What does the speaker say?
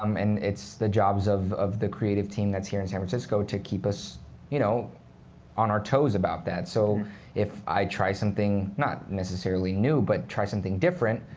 um and it's the jobs of of the creative team that's here in san francisco to keep us you know on our toes about that. so if i try something not necessarily new but try something different,